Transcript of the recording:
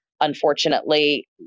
unfortunately